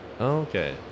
Okay